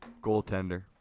Goaltender